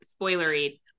spoilery